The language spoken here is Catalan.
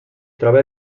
troba